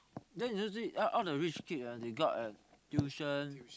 then you never see all the rich kid ah they got a tuition